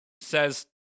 says